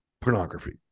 pornography